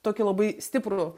tokį labai stiprų